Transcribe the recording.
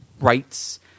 rights